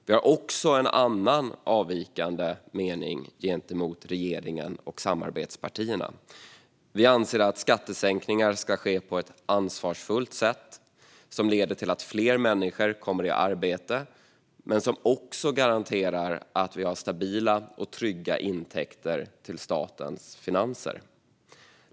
Vi har också en annan avvikande mening gentemot regeringen och samarbetspartierna. Vi anser att skattesänkningar ska ske på ett ansvarsfullt sätt som leder till att fler människor kommer i arbete och som också garanterar att vi har stabila och trygga intäkter till statens finanser.